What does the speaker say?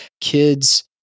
kids